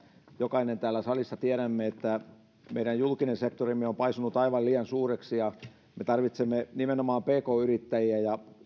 jokainen täällä salissa tiedämme että meidän julkinen sektorimme on paisunut aivan liian suureksi me tarvitsemme nimenomaan pk yrittäjiä ja